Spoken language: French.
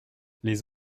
les